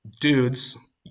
dudes